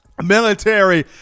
military